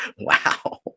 Wow